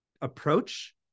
approach